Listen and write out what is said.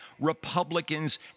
Republicans